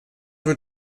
wird